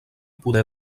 poder